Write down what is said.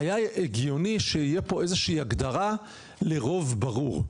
היה הגיוני שיהיה פה איזושהי הגדרה לרוב ברור,